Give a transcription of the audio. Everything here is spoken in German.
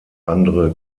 andere